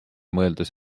mõeldes